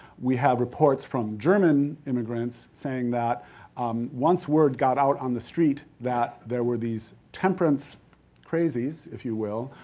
we have reports from german immigrants saying that um once word got out on the street that there were these temperance crazies, if you will,